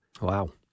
Wow